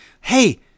Hey